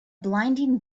blinding